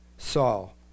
Saul